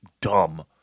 dumb